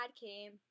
came